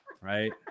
right